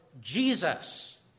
Jesus